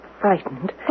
frightened